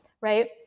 right